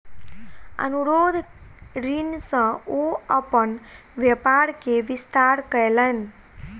अनुरोध ऋण सॅ ओ अपन व्यापार के विस्तार कयलैन